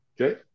Okay